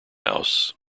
house